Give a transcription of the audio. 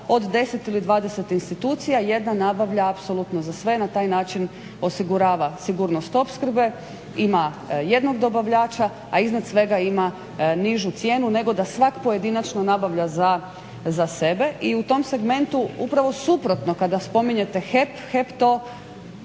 od 10 ili 20 institucija jedna nabavlja apsolutno za sve, na taj način osigurava sigurnost opskrbe, ima jednog dobavljača a iznad svega ima nižu cijenu nego da svak pojedinačno nabavlja za sebe. I u tom segmentu upravo suprotno, kada spominjete HEP,